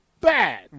bad